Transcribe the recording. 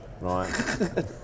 Right